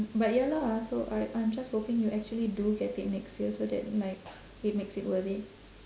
but ya lah so I I'm just hoping you actually do get it next year so that like it makes it worth it